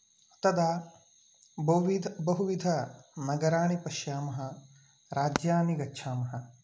तदा बहुविद् बहुविधनगराणि पश्यामः राज्यानि गच्छामः